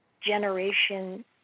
generation